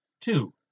Two